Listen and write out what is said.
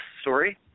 story